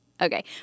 Okay